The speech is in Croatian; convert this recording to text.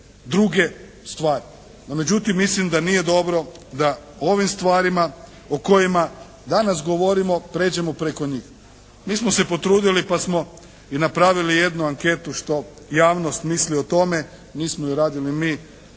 druge stvari. No međutim, mislim da nije dobro da o ovim stvarima o kojima danas govorimo prijeđemo preko njih. Mi smo se potrudili pa smo i napravili jednu anketu što javnost misli o tome. Nismo ju radili mi,